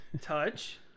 Touch